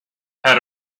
had